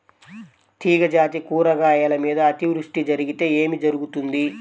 తీగజాతి కూరగాయల మీద అతివృష్టి జరిగితే ఏమి జరుగుతుంది?